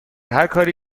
هرکاری